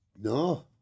No